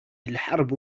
الحرب